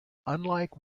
unlike